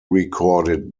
recorded